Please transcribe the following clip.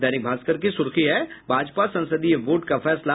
दैनिक भास्कर की सुर्खी है भाजपा संसदीय बोर्ड का फैसला